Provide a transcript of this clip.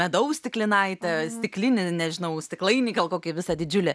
medaus stiklinaitę stiklinį nežinau stiklainį gal kokį visą didžiulį